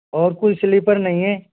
और कोई स्लीपर नहीं है